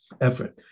effort